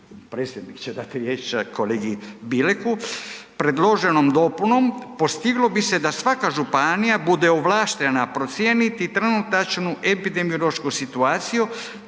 Predloženom dopunom postiglo bi se da svaka županija bude ovlaštena procijeniti trenutačnu epidemiološku situaciju